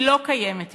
היא לא קיימת יותר.